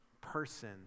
person